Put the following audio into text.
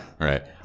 Right